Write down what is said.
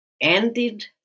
ended